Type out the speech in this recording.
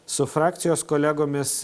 su frakcijos kolegomis